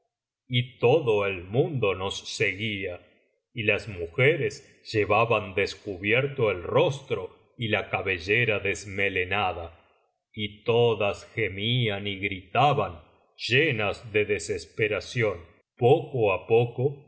y todo el mundo nos seguía y las mujeres llevaban descubierto el rostro y la cabellera desmelenada y todas gemían y gri biblioteca valenciana generalitat valenciana las mil noches y una noche taban llenas de desesperación poco á poco se